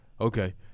Okay